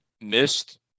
missed